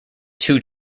two